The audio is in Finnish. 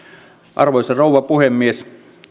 arvoisa rouva puhemies